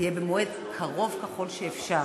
יהיו במועד קרוב ככל שאפשר,